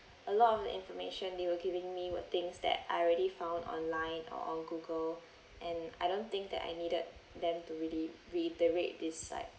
a lot of the information they were giving me were things that I already found online or on google and I don't think that I needed them to really reiterate this like